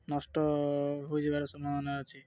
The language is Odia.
ନଷ୍ଟ ହୋଇଯିବାର ସମ୍ଭାବନା ଅଛି